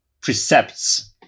precepts